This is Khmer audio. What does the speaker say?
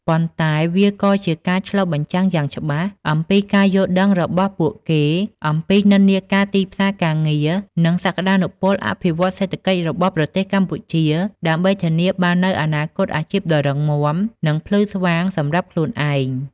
ប៉ុន្តែវាក៏ជាការឆ្លុះបញ្ចាំងយ៉ាងច្បាស់អំពីការយល់ដឹងរបស់ពួកគេអំពីនិន្នាការទីផ្សារការងារ និងសក្តានុពលអភិវឌ្ឍន៍សេដ្ឋកិច្ចរបស់ប្រទេសកម្ពុជា ដើម្បីធានាបាននូវអនាគតអាជីពដ៏រឹងមាំ និងភ្លឺស្វាងសម្រាប់ខ្លួនឯង។